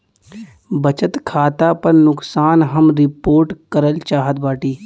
बचत खाता पर नुकसान हम रिपोर्ट करल चाहत बाटी